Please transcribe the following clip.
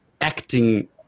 acting